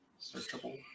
Searchable